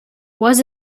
was